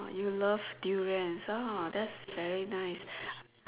you love durians orh that's very nice